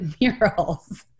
murals